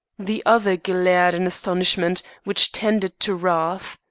the other glared in astonishment, which tended to wrath.